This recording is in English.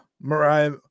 mariah